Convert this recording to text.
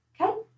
Okay